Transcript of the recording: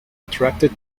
attracted